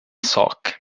sak